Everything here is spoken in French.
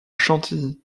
chantilly